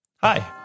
Hi